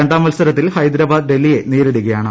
രണ്ടാം മത്സരത്തിൽ ഹൈദരബാദ് ഡൽഹിയെ നേരിടുകയാണ്